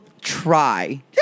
try